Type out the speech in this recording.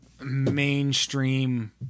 mainstream